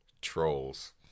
Trolls